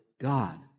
God